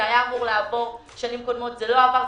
זה היה אמור לעבור בשנים קודמות אך לא עבר.